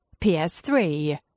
PS3